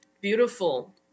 beautiful